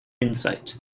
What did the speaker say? insight